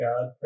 God